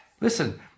listen